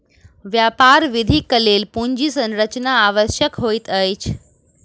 व्यापार वृद्धिक लेल पूंजी संरचना आवश्यक होइत अछि